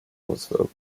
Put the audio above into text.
auswirken